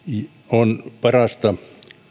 on parasta